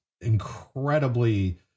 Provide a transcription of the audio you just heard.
incredibly